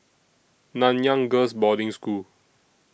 Nanyang Girls' Boarding School